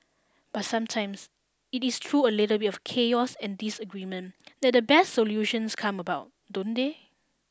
but sometimes it is through a little bit of chaos and disagreement that the best solutions come about don't they